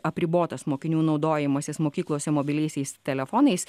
apribotas mokinių naudojimasis mokyklose mobiliaisiais telefonais